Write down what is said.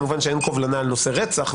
כמובן שאין קובלנה על נושא רצח,